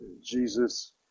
Jesus